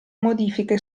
modifiche